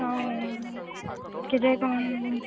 ହଁ କେଯାଏଁ କ'ଣ